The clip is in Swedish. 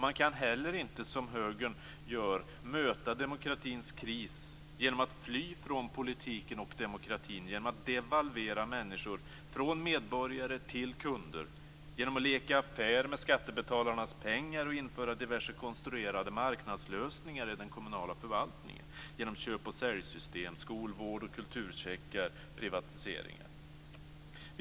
Man kan inte heller, som Högern gör, möta demokratins kris genom att fly från politiken och demokratin, genom att devalvera människor från medborgare till kunder, genom att leka affär med med skattebetalarnas pengar och införa diverse konstruerade marknadslösningar i den kommunala förvaltningen, genom köp-sälj-system, skol-, vård och kulturcheckar och privatiseringar.